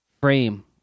frame